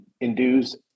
induce